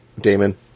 Damon